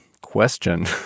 question